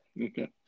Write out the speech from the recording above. Okay